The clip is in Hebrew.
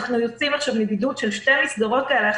אנחנו יוצאים עכשיו מבידוד של שתי מסגרות כאלה,